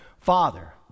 father